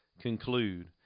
conclude